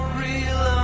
real